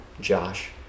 Josh